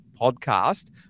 Podcast